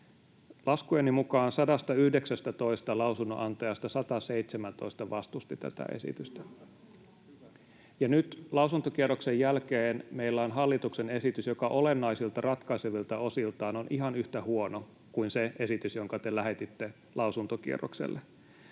Laskujeni mukaan 119 lausunnonantajasta 117 vastusti tätä esitystä, ja nyt lausuntokierroksen jälkeen meillä on hallituksen esitys, joka olennaisilta, ratkaisevilta osiltaan on ihan yhtä huono kuin se esitys, jonka te lähetitte lausuntokierrokselle.